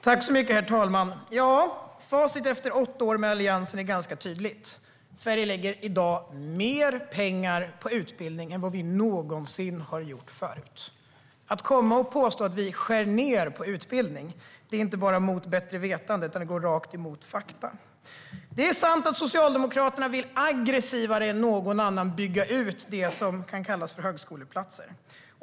Herr talman! Facit efter åtta år med Alliansen är ganska tydligt. Sverige lägger i dag mer pengar på utbildning än vad vi någonsin har gjort förut. Att komma och påstå att vi skär ned på utbildning är inte bara mot bättre vetande, utan det går rakt emot fakta. Det är sant att Socialdemokraterna aggressivare än någon annan vill bygga ut det som kan kallas för högskoleplatser.